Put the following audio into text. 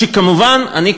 וכמובן אני,